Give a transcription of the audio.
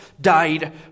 died